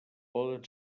poden